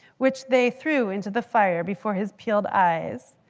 which they threw into the fire before his peeled eyes.